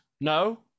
no